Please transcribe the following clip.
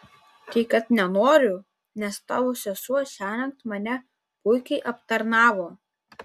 tai kad nenoriu nes tavo sesuo šiąnakt mane puikiai aptarnavo